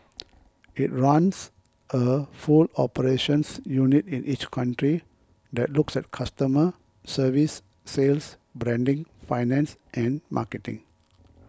it runs a full operations unit in each country that looks at customer service sales branding finance and marketing